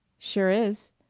sure is,